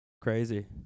Crazy